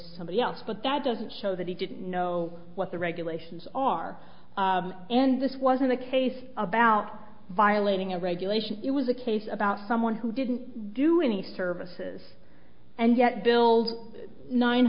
somebody else but that doesn't show that he didn't know what the regulations are and this wasn't a case about violating a regulation it was a case about someone who didn't do any services and yet billed nine